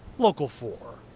local four.